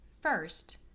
First